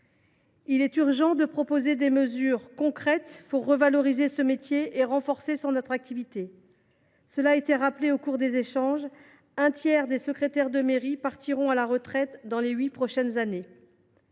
donc urgent de proposer des mesures concrètes pour revaloriser ce métier et renforcer son attractivité. Cela a été rappelé, un tiers des secrétaires de mairie partiront à la retraite au cours des huit prochaines années.